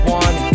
one